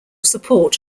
support